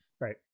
right